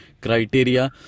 criteria